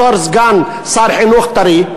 בתור סגן שר חינוך טרי,